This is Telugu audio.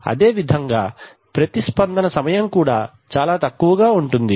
అదేవిధంగా ప్రతి స్పందన సమయం కూడా చాలా తక్కువగా ఉంటుంది